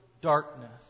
darkness